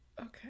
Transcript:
Okay